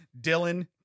Dylan